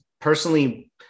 personally